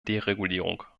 deregulierung